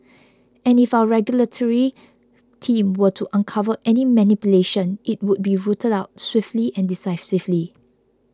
and if our regulatory team were to uncover any manipulation it would be rooted out swiftly and decisively